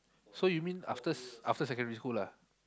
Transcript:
so you mean after after secondary school lah